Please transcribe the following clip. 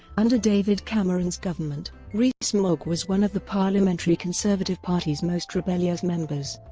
under david cameron's government, rees-mogg was one of the parliamentary conservative party's most rebellious members,